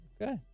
Okay